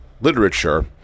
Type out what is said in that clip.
literature